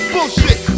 Bullshit